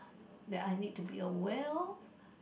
that I need to be aware of